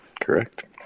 Correct